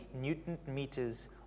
newton-meters